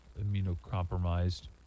immunocompromised